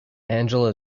angela